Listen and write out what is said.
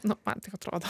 nu man taip atrodo